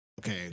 Okay